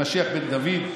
למשיח בן דוד,